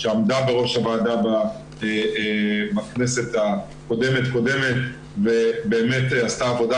שעמדה בראש הוועדה בכנסת הקודמת קודמת ובאמת עשתה עבודה,